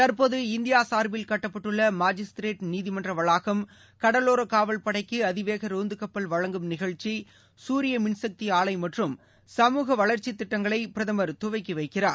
தற்போது இந்தியா சார்பில் கட்டப்பட்டுள்ள மாஜிஸ்திரேட் நீதிமன்ற வளாகம் கடலோர காவல் படைக்கு அதிகவேக ரோந்து கப்பல் வழங்கும் நிகழ்ச்சி சூரிய மின்சக்தி ஆலை மற்றும் சமுக வளர்ச்சித் திட்டங்களை பிரதமர் துவக்கி வைக்கிறார்